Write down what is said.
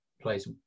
plays